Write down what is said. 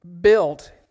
built